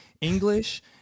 English